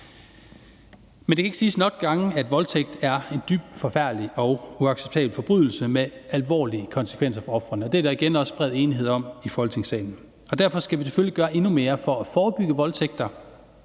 Men det kan ikke siges nok gange, at voldtægt er en dybt forfærdelig og uacceptabel forbrydelse med alvorlige konsekvenser for ofrene. Det er der igen også bred enighed om i Folketingssalen. Derfor skal vi selvfølgelig gøre endnu mere for at forebygge voldtægter,